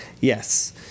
Yes